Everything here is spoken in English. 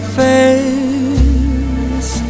face